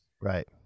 Right